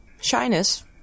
Shyness